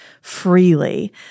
freely